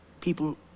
People